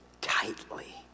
tightly